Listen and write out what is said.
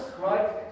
right